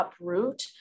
uproot